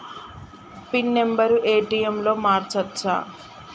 Pin number ATM లో మార్చచ్చా?